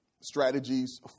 strategies